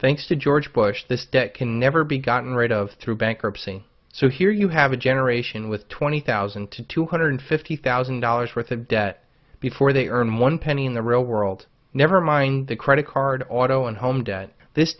thanks to george bush this debt can never be gotten rid of through bankruptcy so here you have a generation with twenty thousand to two hundred fifty thousand dollars worth of debt before they earn one penny in the real world never mind the credit card auto and home debt this